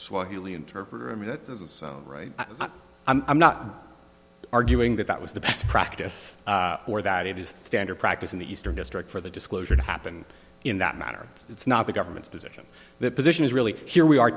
swahili interpreter and that doesn't sound right i'm not arguing that that was the best practice or that it is standard practice in the eastern district for the disclosure to happen in that matter it's not the government's position the position is really here we are